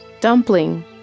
Dumpling